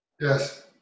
Yes